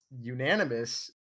unanimous